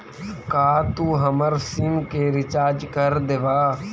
का तू हमर सिम के रिचार्ज कर देबा